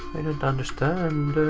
don't understand.